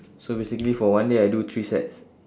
so basically for one day I do three sets